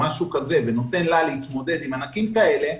ונותן לה להתמודד עם ענקים כאלה,